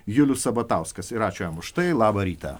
julius sabatauskas ir ačiū jam už tai labą rytą